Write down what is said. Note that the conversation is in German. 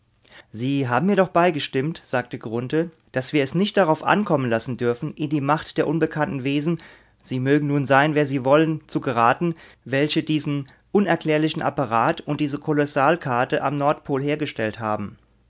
sie haben mir doch beigestimmt sagte grunthe daß wir es nicht darauf ankommen lassen dürfen in die macht der unbekannten wesen sie mögen nun sein wer sie wollen zu geraten welche diesen unerklärlichen apparat und diese kolossalkarte am nordpol hergestellt haben